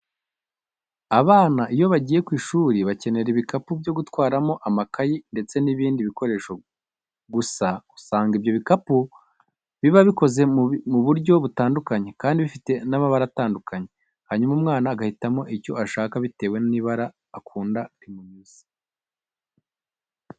Abana iyo bagiye ku ishuri bakenera ibikapu byo gutwaramo amakayi ndetse n'ibindi bikoresho, gusa usanga ibyo bikapu biaba bikoze mu buryo butandukanye kandi bifite n'amabara atandukanye, hanyuma umwana agahitamo icyo ashaka bitewe n'ibara akunda rimunyuze.